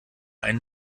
einen